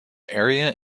area